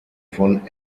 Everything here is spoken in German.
von